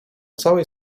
całej